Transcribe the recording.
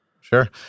Sure